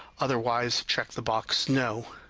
otherwise, check the box no.